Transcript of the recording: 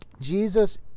Jesus